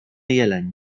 jeleń